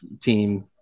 team